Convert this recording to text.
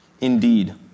Indeed